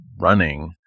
running